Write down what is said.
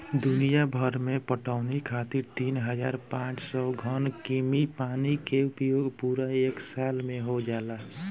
दुनियाभर में पटवनी खातिर तीन हज़ार पाँच सौ घन कीमी पानी के उपयोग पूरा एक साल में हो जाला